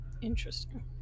Interesting